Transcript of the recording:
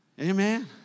Amen